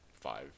five